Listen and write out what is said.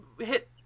hit